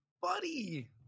Buddy